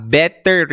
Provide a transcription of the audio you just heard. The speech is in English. better